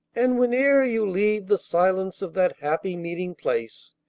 and whene'er you leave the silence of that happy meeting-place,